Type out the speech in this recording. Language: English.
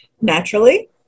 naturally